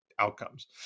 outcomes